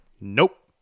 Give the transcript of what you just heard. Nope